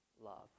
love